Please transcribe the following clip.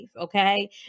okay